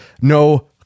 no